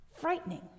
Frightening